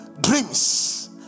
Dreams